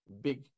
big